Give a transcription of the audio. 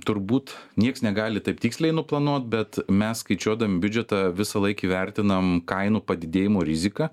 turbūt nieks negali taip tiksliai nuplanuot bet mes skaičiuodami biudžetą visąlaik įvertinam kainų padidėjimo riziką